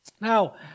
Now